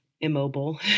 immobile